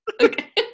Okay